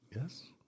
Yes